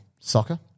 soccer